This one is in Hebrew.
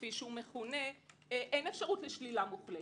כפי שהוא מכונה, אין אפשרות לשלילה מוחלטת.